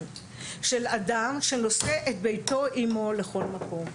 של אדם שנושא את ביתו עימו לכל מקום,